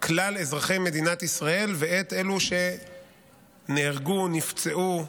כלל אזרחי מדינת ישראל ואת אלה שנהרגו, נפצעו,